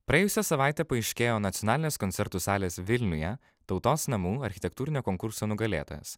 praėjusią savaitę paaiškėjo nacionalinės koncertų salės vilniuje tautos namų architektūrinio konkurso nugalėtojas